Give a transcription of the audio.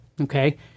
okay